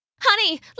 Honey